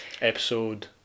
episode